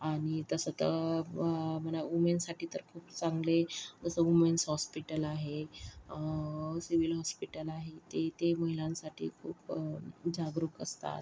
आणि तसं तर वुमेनसाठी तर खूप चांगले जसं वुमेन्स हॉस्पिटल आहे सिव्हिल हॉस्पिटल आहे ते महिलांसाठी खूप जागरूक असतात